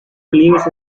relieves